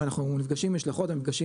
כשאנחנו נפגשים עם משלחות אנחנו נפגשים